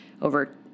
over